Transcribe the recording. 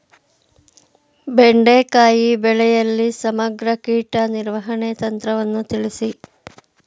ಬೆಂಡೆಕಾಯಿ ಬೆಳೆಯಲ್ಲಿ ಸಮಗ್ರ ಕೀಟ ನಿರ್ವಹಣೆ ತಂತ್ರವನ್ನು ತಿಳಿಸಿ?